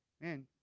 man